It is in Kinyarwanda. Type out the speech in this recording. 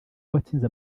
watsinze